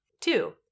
Two